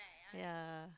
ya